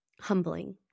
humbling